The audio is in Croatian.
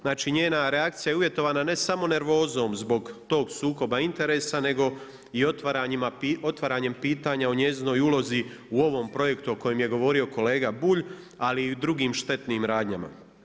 Znači njena reakcija je uvjetovana ne samo nervozom zbog tog sukoba interesa, nego i otvaranjem pitanja o njezinoj ulozi u ovom projektu o kojem je govorio kolega Bulj, ali i o drugim štetnim radnjama.